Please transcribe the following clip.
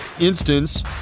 instance